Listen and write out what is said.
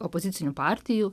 opozicinių partijų